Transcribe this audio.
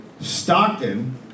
Stockton